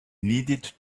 needed